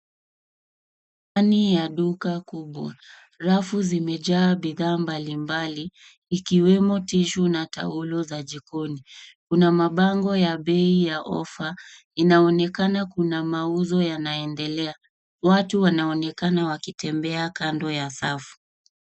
Ndani ya duka kubwa rafu zimejaa bidgaa mbalimbali ikiwemo tissue na taulo za jikoni. Kuna mabango ya bei ya offer inaonekana kuna mauzo yanaendelea watu wanaonekana wakitembea kando ya safu.